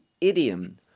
idiom